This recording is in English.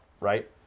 right